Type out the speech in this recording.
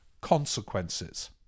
consequences